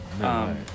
no